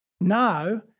Now